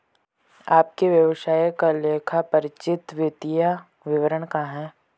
आपके व्यवसाय का लेखापरीक्षित वित्तीय विवरण कहाँ है?